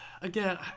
again